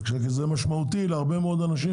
כי זה משמעותי להרבה אנשים במדינת ישראל.